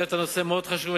העלית נושא מאוד חשוב,